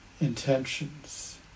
intentions